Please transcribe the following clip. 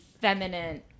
feminine